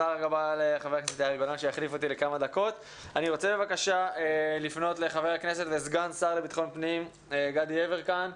אני רוצה בבקשה לפנות לסגן השר לביטחון פנים גדי יברקן,